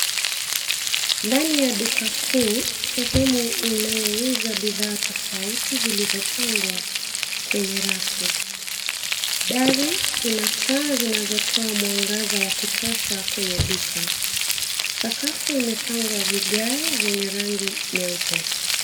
Ndani ya duka kuu sehemu inayouza bidhaa tofauti zilizopangwa kwenye rafu. Dari ina taa zinazotoa mwangaza wa kutosha kwenye duka. Sakafu imepangwa vigae vyenye rangi nyeupe.